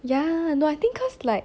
ya no I think cause like